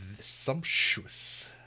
Sumptuous